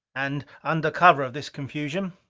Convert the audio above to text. and, under cover of this confusion,